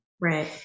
Right